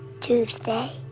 Tuesday